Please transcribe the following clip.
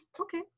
okay